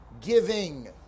giving